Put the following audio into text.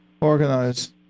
organize